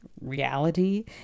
reality